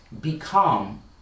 become